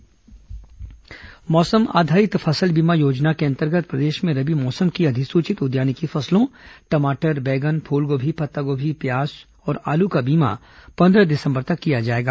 उद्यानिकी फसल बीमा मौसम आधारित फसल बीमा योजना के अंतर्गत प्रदेश में रबी मौसम की अधिसूचित उद्यानिकी फसलों टमाटर बैगन फूलगोभी पत्तागोभी प्याज और आलू का बीमा पंद्रह दिसंबर तक किया जाएगा